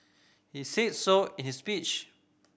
he said so in his speech